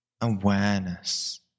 awareness